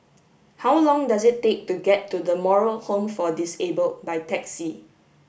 how long does it take to get to The Moral Home for Disabled by taxi